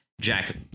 jack